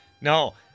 No